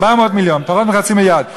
400 מיליון, פחות מחצי מיליארד.